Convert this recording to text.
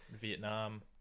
Vietnam